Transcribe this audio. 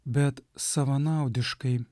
bet savanaudiškai